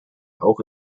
auch